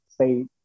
say